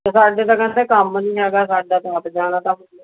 ਸਾਡੇ ਤਾਂ ਕਹਿੰਦੇ ਕੰਮ ਨਹੀਂ ਹੈਗਾ ਸਾਡਾ ਤਾਂ ਆਪ ਜਾਣਾ ਤਾ ਮੁੰਡੇ ਨੇ